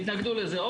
אוקי, התנגדו לזה.